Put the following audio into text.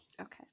Okay